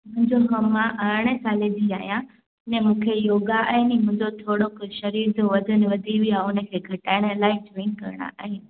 मुहिंजो कमु आहे अरिड़हं साल जी आहियां ऐं मूंखे योगा ऐं मुंहिंजो थोरो कुझु शरीर जो वज़न वधी वियो आहे उनखे घटाइण लाइ जॉइन करणा आहिनि